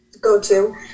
go-to